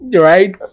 right